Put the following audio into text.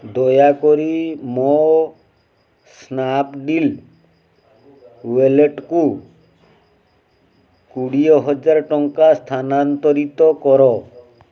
ଦୟାକରି ମୋ ସ୍ନାପ୍ଡୀଲ୍ ୱାଲେଟ୍କୁ କୋଡ଼ିଏ ହଜାର ଟଙ୍କା ସ୍ଥାନାନ୍ତରିତ କର